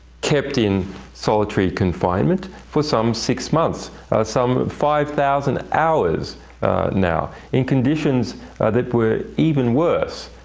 kept in solitary confinement for some six months some five thousand hours now in conditions that were even worse